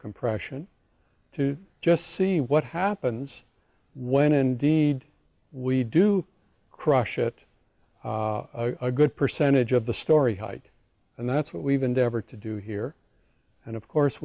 compression to just see what happens when indeed we do crush it a good percentage of the story height and that's what we've endeavored to do here and of course